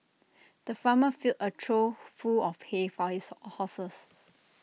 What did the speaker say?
the farmer filled A trough full of hay for his horses